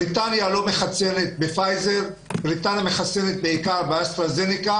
בריטניה לא מחסנת בפייזר אלא בעיקר באסטרהזניקה